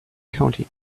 county